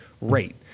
rate